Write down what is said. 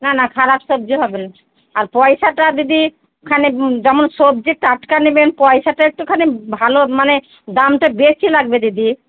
না না খারাপ সবজি হবে না আর পয়সাটা দিদি এখানে যেমন সবজি টাটকা নেবেন পয়সাটা একটুখানি ভালো মানে দামটা বেশি লাগবে দিদি